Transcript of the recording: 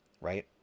right